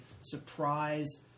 surprise